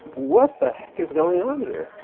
what the heck is going on here?